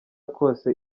kose